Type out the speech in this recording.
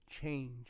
change